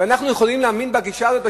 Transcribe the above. ואנחנו יכולים להאמין בגישה הזאת,